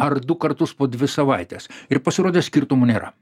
ar du kartus po dvi savaites ir pasirodė skirtumo nėra